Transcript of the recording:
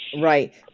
right